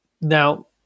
Now